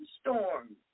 storm